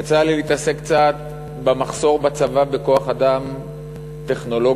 יצא לי להתעסק קצת במחסור בצבא בכוח-אדם טכנולוגי.